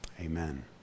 Amen